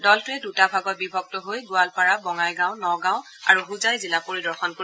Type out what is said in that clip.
দলটোৱে দুটা ভাগত বিভক্ত হৈ গোৱালপাৰা বঙাইগাঁও নগাঁও আৰু হোজাই জিলা পৰিদৰ্শন কৰিব